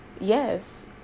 yes